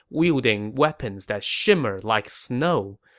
wielding weapons that shimmered like snow.